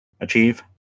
achieve